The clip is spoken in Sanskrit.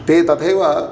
ते तथैव